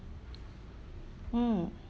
mm